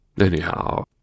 Anyhow